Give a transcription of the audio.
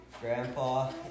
Grandpa